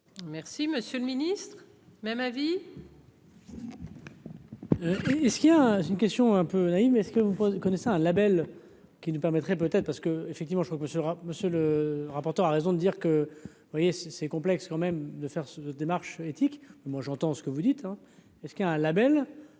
Merci, monsieur le Ministre, même avis. Et ce qu'il a, c'est une question un peu naïve, mais ce que vous connaissez un Label qui nous permettrait peut-être parce que, effectivement, je crois que ce sera monsieur le rapporteur a raison de dire que vous voyez c'est c'est complexe quand même de faire de démarche éthique moi j'entends ce que vous dites est-ce qu'un Label,